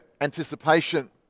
anticipation